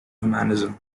humanism